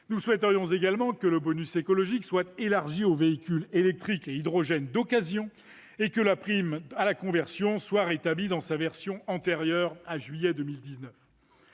Nous souhaiterions également que le bonus écologique soit élargi aux véhicules électriques ou à hydrogène d'occasion et que la prime à la conversion soit rétablie dans sa version antérieure au mois de juillet 2019.